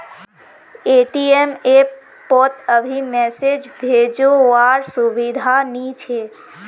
ATM app पोत अभी message भेजो वार सुविधा नी छे